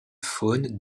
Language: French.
faune